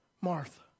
Martha